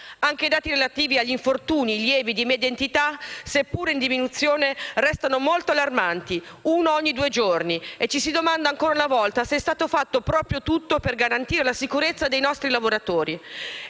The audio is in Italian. Anche i dati relativi agli infortuni, lievi e di media entità, seppur in diminuzione, restano molto allarmanti (uno ogni due giorni) e ci si domanda ancora una volta se è stato fatto proprio tutto per garantire la sicurezza dei nostri lavoratori.